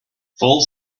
full